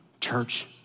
Church